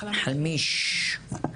חלמיש,